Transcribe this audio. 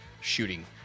shooting